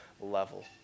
level